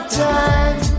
time